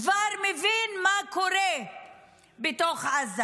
כבר מבין מה קורה בתוך עזה.